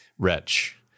wretch